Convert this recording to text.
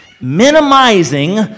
minimizing